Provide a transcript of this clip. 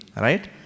right